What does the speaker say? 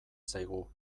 zaigu